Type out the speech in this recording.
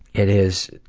it is.